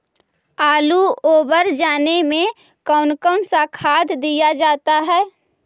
आलू ओवर जाने में कौन कौन सा खाद दिया जाता है?